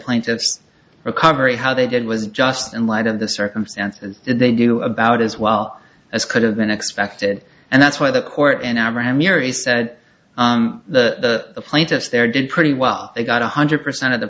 plaintiffs recovery how they did was just in light of the circumstance and they do about as well as could have been expected and that's why the court amira he said the plaintiffs there did pretty well they got one hundred percent of the